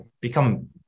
become